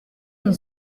une